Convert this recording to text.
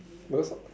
because